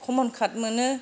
खमलखाथ मोनो